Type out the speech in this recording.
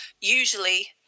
usually